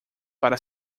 para